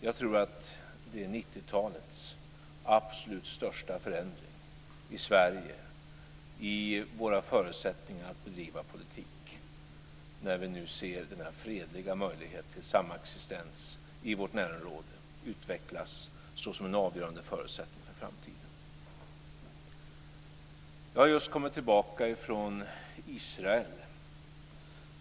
Jag tror att 90-talets absolut största förändring i Sverige är våra förutsättningar att bedriva politik, när vi ser den fredliga möjligheten till samexistens i vårt närområde utvecklas - och det är en avgörande förutsättning för framtiden. Jag har just kommit tillbaka från Israel.